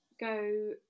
go